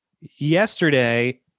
yesterday